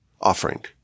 offering